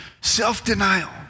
Self-denial